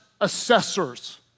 assessors